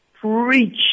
preach